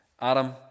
Adam